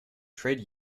trade